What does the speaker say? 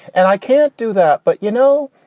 and i can't do that. but, you know,